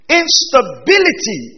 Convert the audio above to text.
instability